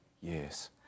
yes